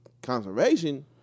conservation